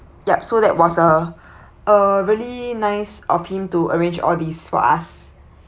yup so that was a uh really nice of him to arrange all these for us